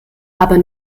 aber